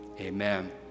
amen